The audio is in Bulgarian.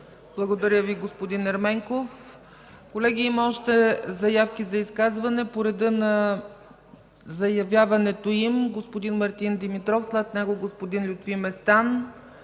Благодаря Ви, господин Ерменков. Колеги, има още заявки за изказване. По реда на заявяването им: господин Мартин Димитров, след него господин Лютви Местан,